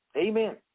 Amen